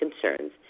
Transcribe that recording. concerns